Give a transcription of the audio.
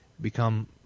become